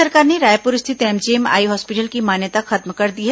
राज्य सरकार ने रायपुर स्थित एमजीएम आई हॉस्पिटल की मान्यता खत्म कर दी है